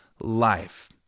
life